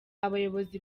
abayobozi